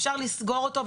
אפשר לסגור אותו,